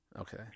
okay